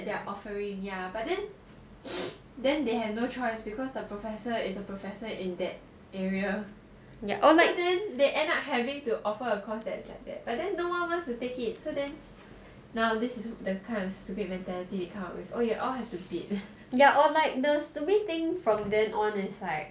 they are offering ya but then they have no choice because the professor is a professor in that area so they end up offering a course that is like that but then no one wants to take it so then now this is the kind of stupid mentality it comes with we all have to bid